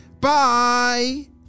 Bye